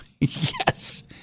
Yes